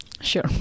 sure